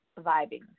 Vibing